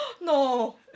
No